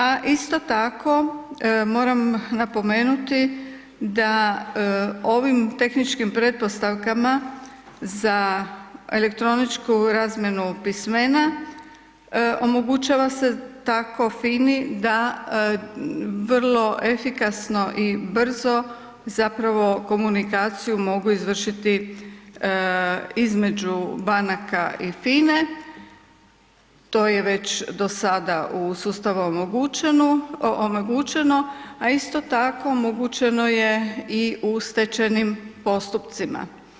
A isto tako moram napomenuti da ovim tehničkim pretpostavkama za elektroničku razmjenu pismena omogućava se tako FINA-i da vrlo efikasno i brzo zapravo komunikaciju mogu izvršiti između banaka i FINA-e, to je već dosada u sustavu omogućeno, a isto tako omogućeno je i u stečajnim postupcima.